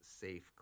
safe